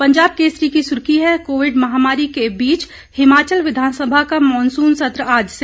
पंजाब केसरी की सुर्खी है कोविड महामारी के बीच हिमाचल विधानसभा का मानसून सत्र आज से